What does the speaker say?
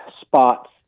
spots